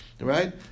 Right